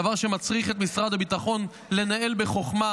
דבר שמצריך את משרד הביטחון לנהל בחוכמה